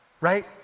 right